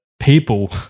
people